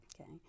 Okay